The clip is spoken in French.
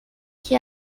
qui